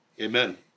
Amen